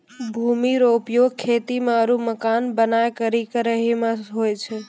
भूमि रो उपयोग खेती मे आरु मकान बनाय करि के रहै मे हुवै छै